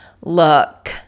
look